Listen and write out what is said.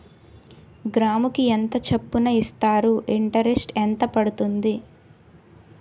గ్రాముకి ఎంత చప్పున ఇస్తారు? ఇంటరెస్ట్ ఎంత పడుతుంది?